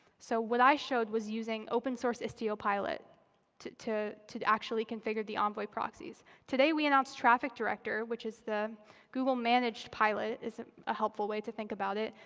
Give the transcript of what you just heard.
so what i showed was using open source istio pilot to to actually configure the envoy proxies. today we announced traffic director, which is the google managed pilot is a helpful way to think about it.